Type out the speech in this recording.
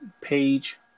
page